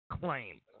claim